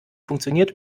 funktioniert